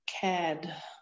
cad